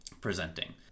presenting